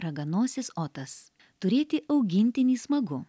raganosis otas turėti augintinį smagu